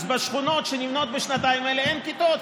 אז בשכונות שנבנות בשנתיים האלה אין כיתות,